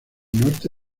norte